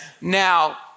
Now